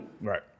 Right